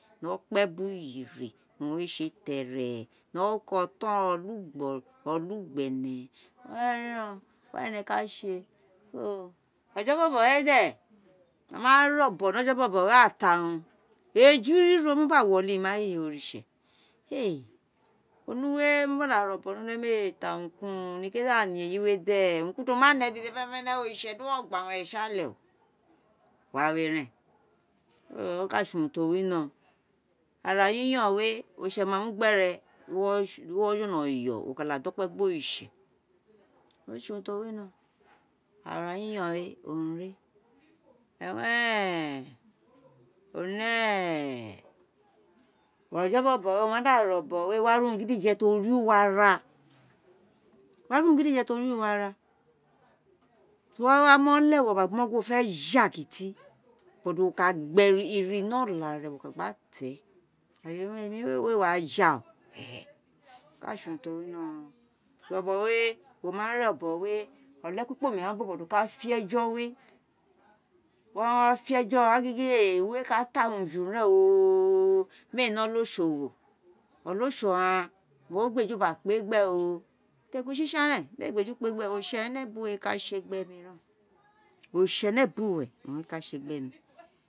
Mu okpe biri uyiri owun re sé tẹrẹ, ni orukọ ọtọn ọlugbé ẹnẹ, were o, were ene kasé, so ojo bobo wé de ma ré obon ni ojọ bobo, uko a ta uruin, éju riro, owun o gba woli mo giri oritse éè oruwé ti, omo gbe da ré ọbọn ni omuoé méè tan urun ki uun niko éè da ne eyioé de, urum ki urun ti o ma n ẹ dede fenefene mo mu gbe oritse di uho gba urun re si de waloé ren so, oka arayiyor éè di ene, arayiyor éè owen re o, ira bobo ti o o wa jolo ri wo ara easegale uwo gba mo gin o fe ja ki ti but wo ka gba ire ino re gba ré wo ma to uwé wewe, méè wa ja o ka sé urunti o wino, bobo wé wo wa re obon wé olekpikpome bobo ti a ghan no ere eghan heaka fe efo, uwo owun owun éè ta'ju, olosowo wea o, ogba eju gba kpé gbe fẹjun sisan, méè gba eju gba kpé gbe, oritse owun ré ka sé gbemi ren, oritsere ee owun reka sée gbe mi